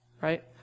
right